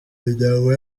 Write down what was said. imiryango